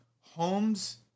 homes